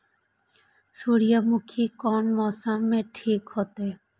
सूर्यमुखी कोन मौसम में ठीक होते?